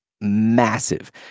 massive